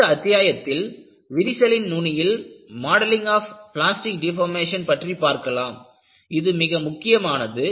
அடுத்த அத்தியாயத்தில் விரிசலின் நுனியில் மாடலிங் ஆப் பிளாஸ்டிக் டேபோர்மஷன் பற்றி பார்க்கலாம் இது மிக முக்கியமானது